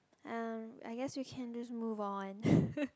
um I guess you can just move on